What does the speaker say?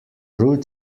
root